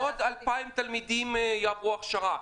-- עוד 2,000 תלמידים יעברו הכשרה,